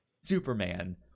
superman